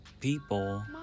people